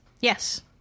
Yes